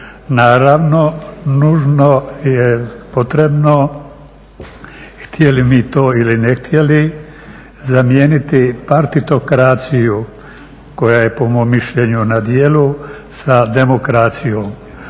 Naravno nužno je potrebno htjeli mi to ili ne htjeli zamijeniti partitokraciju koja je po mom mišljenju na djelu sa demokracijom.